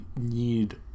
need